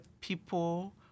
people